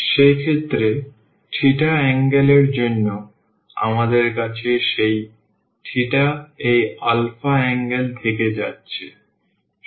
সেক্ষেত্রে এবং θ অ্যাঙ্গেল এর জন্য আমাদের কাছে সেই θ এই আলফা অ্যাঙ্গেল থেকে যাচ্ছে